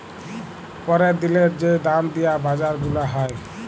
প্যরের দিলের যে দাম দিয়া বাজার গুলা হ্যয়